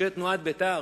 אנשי תנועת בית"ר,